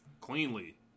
Cleanly